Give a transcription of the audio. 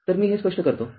तर मी हे स्पष्ट करतो